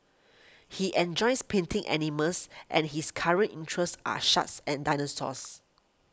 he enjoys painting animals and his current interests are sharks and dinosaurs